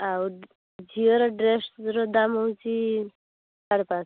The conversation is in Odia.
ଆଉ ଝିଅର ଡ୍ରେସ୍ର ଦାମ୍ ହେଉଛି ସାଢ଼େ ପାଂଶହ